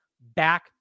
back